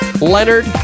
Leonard